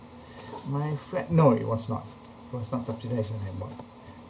my flat no it was not it was not subsidised any amount